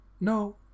no